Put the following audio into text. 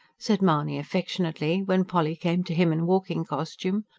said mahony affectionately, when polly came to him in walking costume.